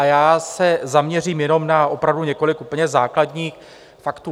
Já se zaměřím jenom na opravdu několik úplně základních faktů.